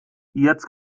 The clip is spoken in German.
jetzt